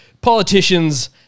politicians